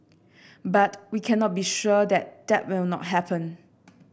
but we cannot be sure that that will not happen